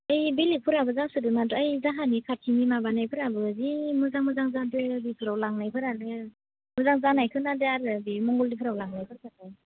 ए बेलेकफोराबो जासोदो ओइ जाहानि खाथिनि माबानायफोराबो जि मोजां मोजां जादो इफोराव लांनायफोरानो मोजां जानाय खोनादो आरो बि मंगलदैफोराव लांनायफोरखोबो